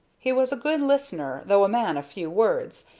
he was a good listener, though a man of few words,